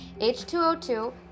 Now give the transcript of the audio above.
H2O2